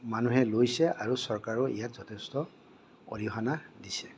মানুহে লৈছে আৰু চৰকাৰেও ইয়াত যথেষ্ট অৰিহণা দিছে